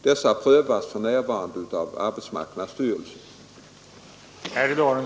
Dessa prövas just nu av arbetsmarknadsstyrelsen.